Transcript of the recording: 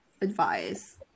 advice